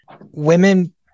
women